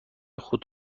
خوب